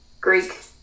Greek